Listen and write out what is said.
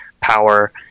power